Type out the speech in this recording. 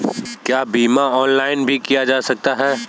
क्या बीमा ऑनलाइन भी किया जा सकता है?